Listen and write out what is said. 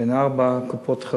בין ארבע קופות-החולים.